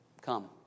Come